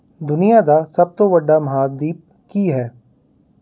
ਦੁਨੀਆਂ ਦਾ ਸਭ ਤੋਂ ਵੱਡਾ ਮਹਾਂਦੀਪ ਕੀ ਹੈ